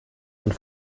und